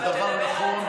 זה דבר נכון.